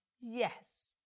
Yes